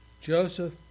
Joseph